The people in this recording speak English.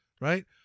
right